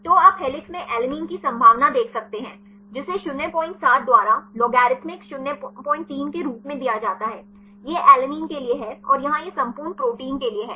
तो आप हेलिक्स में ऐलेनिन की संभावना देख सकते हैं जिसे 07 द्वारा लॉगरिदमिक 03 के रूप में दिया जाता है यह ऐलेनिन के लिए है और यहाँ यह संपूर्ण प्रोटीन के लिए है